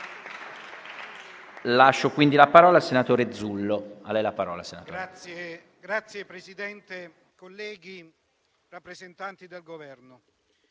Signor Presidente, colleghi, rappresentanti del Governo,